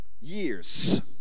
Years